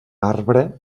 arbre